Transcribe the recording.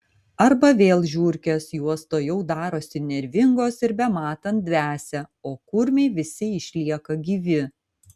arba vėl žiurkės jos tuojau darosi nervingos ir bematant dvesia o kurmiai visi išlieka gyvi